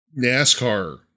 NASCAR